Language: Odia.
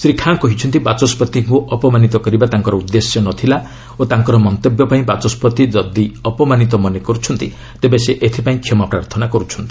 ଶ୍ରୀ ଖାଁ କହିଛନ୍ତି ବାଚସ୍ୱତିଙ୍କୁ ଅପମାନିତ କରିବା ତାଙ୍କର ଉଦ୍ଦେଶ୍ୟ ନ ଥିଲା ଓ ତାଙ୍କର ମନ୍ତବ୍ୟ ପାଇଁ ବାଚସ୍କତି ଯଦି ଅପମାନିତ ମନେ କରୁଛନ୍ତି ତେବେ ସେ ଏଥିପାଇଁ କ୍ଷମା ପ୍ରାର୍ଥନା କରୁଛନ୍ତି